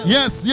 Yes